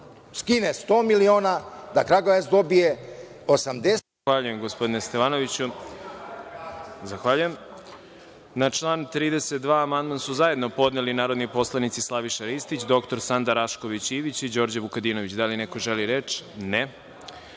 skine 100 miliona, da Kragujevac dobije 80 miliona…